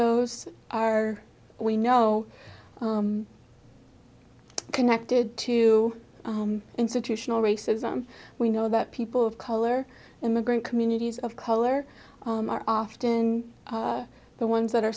those are we know connected to institutional racism we know that people of color immigrant communities of color are often the ones that are